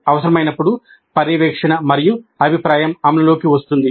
అవసరమైనప్పుడు పర్యవేక్షణ మరియు అభిప్రాయం అమలు లోకి వస్తుంది